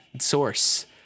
source